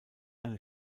eine